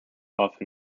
off